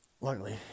Luckily